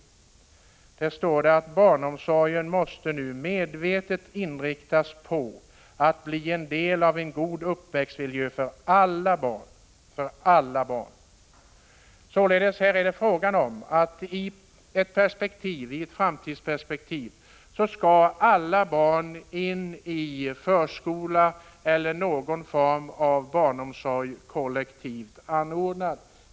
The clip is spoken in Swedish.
Där står att läsa under rubriken Föredragandens överväganden: ”Barnomsorgen måste enligt min mening nu medvetet inriktas på att bli en del av en god uppväxtmiljö för alla barn.” I ett framtidsperspektiv skall således alla barn in i förskola eller någon form av barnomsorg som är kollektivt anordnad.